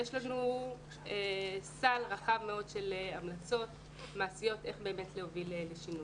ויש לנו סל רחב מאוד של המלצות מעשיות איך להוביל לשינוי.